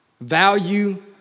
value